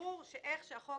לאור הדרישה שבהצעת החוק,